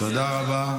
תודה רבה.